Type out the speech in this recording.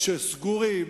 סגורים,